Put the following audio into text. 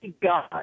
God